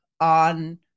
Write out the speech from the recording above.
on